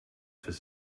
for